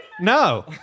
No